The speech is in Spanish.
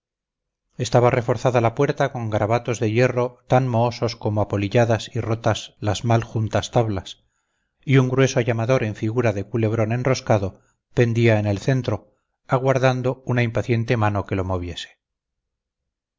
estaba reforzada la puerta con garabatos de hierro tan mohosos como apolilladas y rotas las mal juntas tablas y un grueso llamador en figura de culebrón enroscado pendía en el centro aguardando una impaciente mano que lo moviese